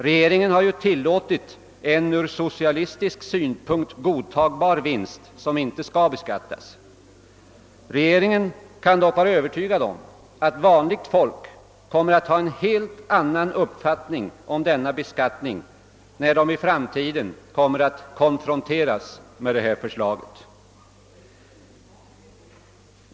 Regeringen har ju tillåtit en ur socialistisk synpunkt godtagbar vinst, som inte skall beskattas. Regeringen kan dock vara övertygad om att vanliga människor kommer att ha en helt annan uppfattning om denna beskattning när de i framtiden kommer att konfronteras med detta förslag.